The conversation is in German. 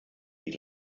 die